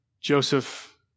Joseph